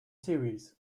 series